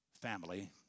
family